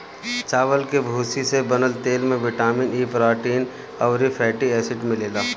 चावल के भूसी से बनल तेल में बिटामिन इ, प्रोटीन अउरी फैटी एसिड मिलेला